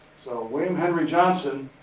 so, william henry johnson